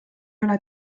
üle